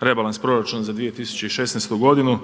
rebalans proračuna za 2016. godinu.